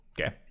Okay